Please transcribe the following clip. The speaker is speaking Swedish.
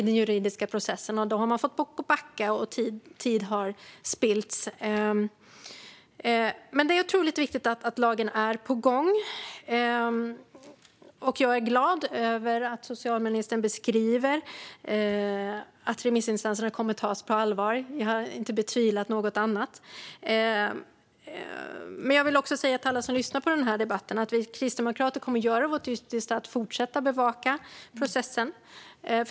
Då har man fått backa, och tid har spillts. Det är otroligt viktigt att lagen är på gång. Jag är glad över att socialministern beskriver att remissinstanserna kommer att tas på allvar. Jag har inte betvivlat det eller trott något annat. Till alla som lyssnar på debatten vill jag säga att vi kristdemokrater kommer att göra vårt yttersta för att fortsätta att bevaka processen.